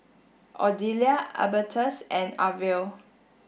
Odelia Albertus and Arvel